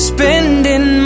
Spending